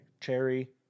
cherry